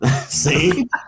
see